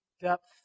depth